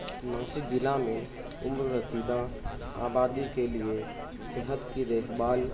ناسک ضلع میں عمررسیدہ آبادی کے لیے صحت کی دیکھ بھال